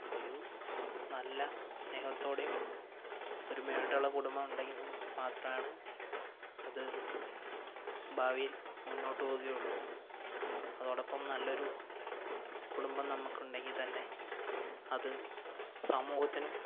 ഒരു നല്ല സ്നേഹത്തോടെയും ഒരുമയായിട്ടുള്ള കുടുംബം ഉണ്ടെങ്കിൽ മാത്രമാണ് അതു ഭാവിയിൽ മുന്നോട്ട് പോകുകയുള്ളു അതോടൊപ്പം നല്ലൊരു കുടുംബം നമുക്കുണ്ടെങ്കിൽ തന്നെ അത് സമൂഹത്തിനും